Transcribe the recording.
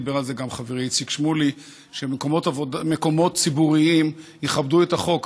דיבר על זה גם חברי איציק שמולי שמקומות ציבוריים יכבדו את החוק.